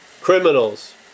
criminals